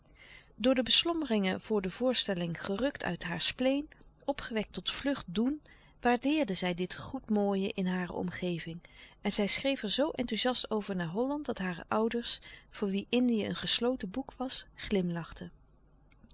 door de beslommeringen voor de voorstelling gerukt uit haar spleen opgewekt tot vlug doen waardeerde zij dit goed mooie in hare omgeving en zij schreef er zoo louis couperus de stille kracht enthouziast over naar holland dat hare ouders voor wie indië een gesloten boek was glimlachten